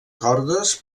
cordes